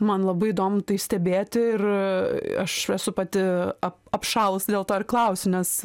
man labai įdomu tai stebėti ir aš esu pati ap apšalus dėl to ir klausiu nes